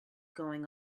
going